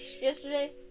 yesterday